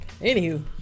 anywho